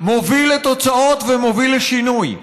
מוביל לתוצאות ומוביל לשינוי.